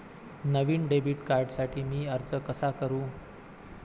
नवीन debit कार्डसाठी मी अर्ज कसा करू?